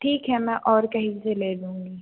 ठीक है मैं और कहीं से ले लूँगी